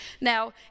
Now